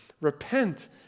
repent